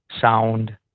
sound